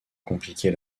compliquer